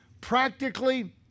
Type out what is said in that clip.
Practically